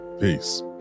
Peace